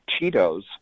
Cheetos